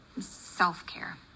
self-care